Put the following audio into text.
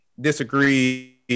disagree